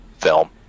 film